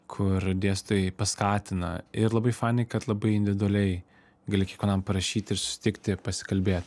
kur dėstytojai paskatina ir labai fainai kad labai individualiai gali kiekvienam prašyti ir susitikti pasikalbėt